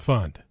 Fund